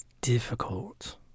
difficult